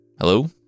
Hello